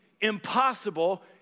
impossible